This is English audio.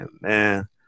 Man